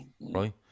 Right